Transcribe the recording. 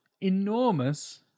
enormous